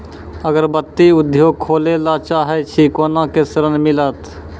अगरबत्ती उद्योग खोले ला चाहे छी कोना के ऋण मिलत?